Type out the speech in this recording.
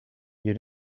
you